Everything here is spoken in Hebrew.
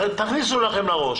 תכניסו לכם לראש